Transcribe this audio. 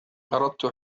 أردت